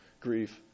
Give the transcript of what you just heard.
grief